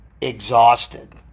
exhausted